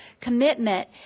commitment